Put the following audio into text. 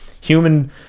human